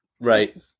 right